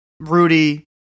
Rudy